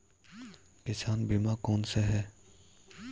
किसान बीमा कौनसे हैं?